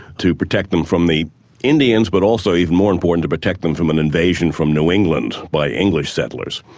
to protect them from the indians but also even more important, to protect them from an invasion from new england by english settlers.